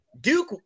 Duke